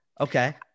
okay